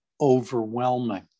overwhelming